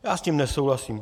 Já s tím nesouhlasím.